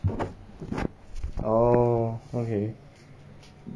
oh